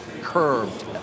curved